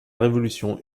révolution